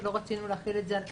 שלא רצינו להחיל את זה על הכנסת,